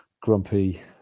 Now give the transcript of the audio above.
grumpy